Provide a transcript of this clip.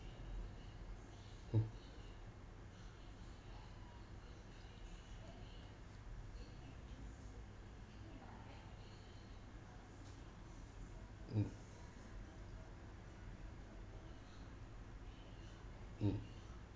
mm mm mm